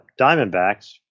Diamondbacks